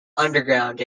underground